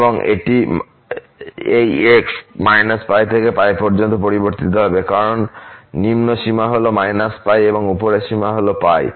এবং এই x −π থেকে π পর্যন্ত পরিবর্তিত হবে কারণ নিম্ন সীমা হল −π এবং উপরের সীমা হল π